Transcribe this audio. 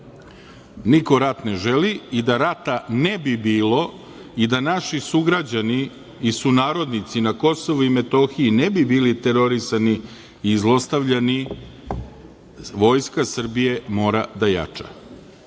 Niko rat ne želi i da rata ne bilo, i da naši sugrađani i sunarodnici na Kosovu i Metohiji ne bi bili terorisani i zlostavljani, Vojska Srbije mora da jača.